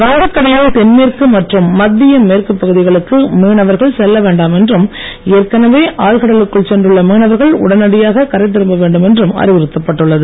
வங்கக் கடலின் தென்மேற்கு மற்றும் மத்திய மேற்குப் பகுதிகளுக்கு மீனவர்கள் செல்லவேண்டாம் என்றும் ஏற்கனவெ ஆழ்கடலுக்குள் சென்றுள்ள மீனவர்கள் உடனடியாக கரை திரும்பவேண்டும் என்றும் அறிவுறுத்தப்பட்டுள்ளது